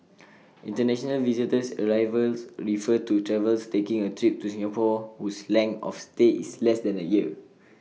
International visitor arrivals refer to travellers taking A trip to Singapore whose length of stay is less than A year